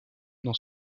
dans